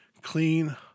clean